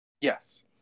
Yes